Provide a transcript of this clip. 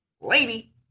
Lady